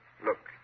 Look